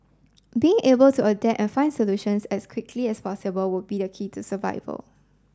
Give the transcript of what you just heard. being able to adapt and find solutions as quickly as possible would be the key to survival